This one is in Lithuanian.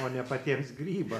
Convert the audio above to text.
o ne patiems gryba